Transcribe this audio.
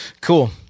Cool